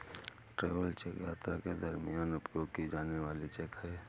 travel cheque यात्रा के दरमियान उपयोग की जाने वाली चेक है